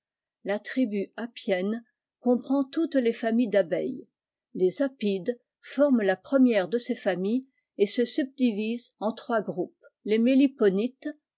la tribu nne comprend toutes les familles d'abeilles les apides jent la première de ces familles et se subdivisent en trois jpes les méliponites